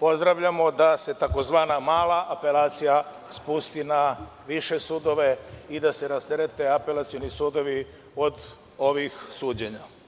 pozdravljamo da se takozvana mala apelacija spusti na više sudove i da se rasterete apelacioni sudovi od ovih suđenja.